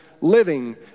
living